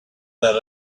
that